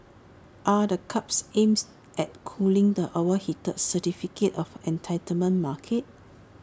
are the curbs aims at cooling the overheated certificate of entitlement market